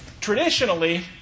traditionally